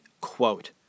quote